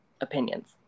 opinions